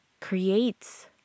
creates